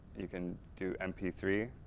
you can do m p three.